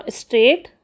straight